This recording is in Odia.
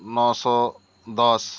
ନଅଶହ ଦଶ